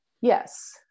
Yes